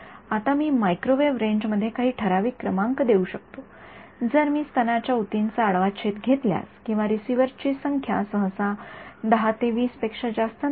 आता मी मायक्रोवेव्ह रेंजमध्ये काही ठराविक क्रमांक देऊ शकतो जर मी स्तनाच्या उतींचा आडवा छेद घेतल्यास किंवा रिसीव्हर्स ची संख्या सहसा १0 ते २0 पेक्षा जास्त नसते